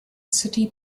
city